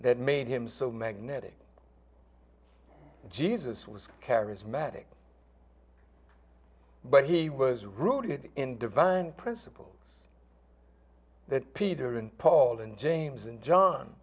that made him so magnetic jesus was charismatic but he was rooted in divine principle that peter and paul and james and john